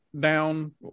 down